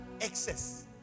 Excess